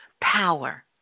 power